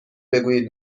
بگویید